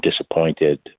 disappointed